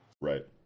Right